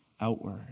outward